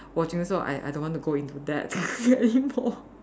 watching so I I don't want to go into depth anymore